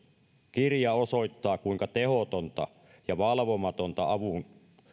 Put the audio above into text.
kirja osoittaa kuinka tehotonta ja valvomatonta avun